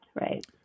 Right